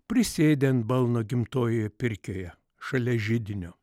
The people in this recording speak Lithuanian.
prisėdę ant balno gimtojoje pirkioje šalia židinio